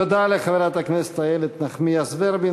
תודה לחברת הכנסת איילת נחמיאס ורבין.